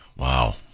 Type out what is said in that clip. Wow